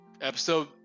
episode